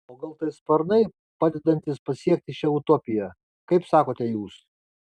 o gal tai sparnai padedantys pasiekti šią utopiją kaip sakote jūs